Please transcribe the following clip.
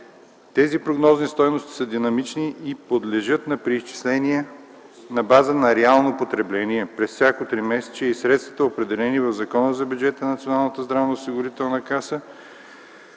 Тези прогнозни стойности са динамични и подлежат на преизчисление на база на реално потребление, при всяко тримесечие и средствата, определени в Закона за бюджета на Националната здравноосигурителна каса,